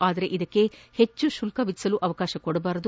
ಆದರೆ ಇದಕ್ಕೆ ಹೆಚ್ಚು ಶುಲ್ಕ ವಿಧಿಸಲು ಅವಕಾಶ ನೀಡಬಾರದು